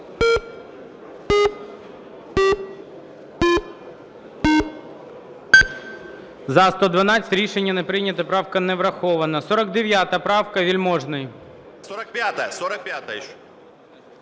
За-112 Рішення не прийнято. Правка не врахована. 49 правка, Вельможний.